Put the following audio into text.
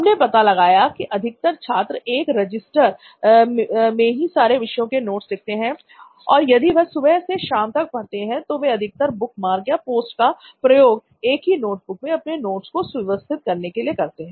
हमने पता लगाया कि अधिकतर छात्र एक रजिस्टर में ही सारे विषयों के नोट्स लिखते हैं और यदि वह सुबह से शाम तक पढ़ते हैं तो वे अधिकतर बुकमार्क या पोस्ट का प्रयोग एक ही नोटबुक में अपने नोटस् को सुव्यवस्थित करने के लिए करते हैं